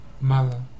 Mother